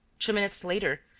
two minutes later,